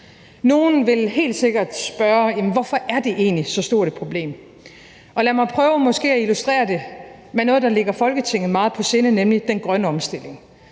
Nogle vil helt sikkert spørge, hvorfor det egentlig er så stort et problem. Lad mig prøve måske at illustrere det med noget, der ligger Folketinget meget på sinde, nemlig den grønne omstilling.